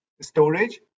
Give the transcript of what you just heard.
storage